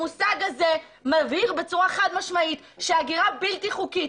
המושג הזה מבהיר בצורה חד משמעית שהגירה בלתי חוקית